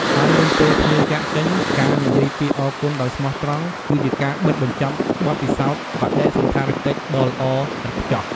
ហើយមុនពេលភ្ញៀវចាកចេញ ការនិយាយពាក្យ "អរគុណ" ដោយស្មោះត្រង់ គឺជាការបិទបញ្ចប់បទពិសោធន៍បដិសណ្ឋារកិច្ចដ៏ល្អឥតខ្ចោះ។